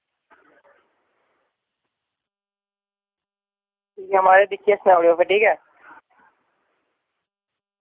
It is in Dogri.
ठीक ऐ महाराज दिक्खियै सनाई ओड़ेओ फ्ही ठीक ऐ